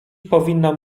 powinnam